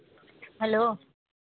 hello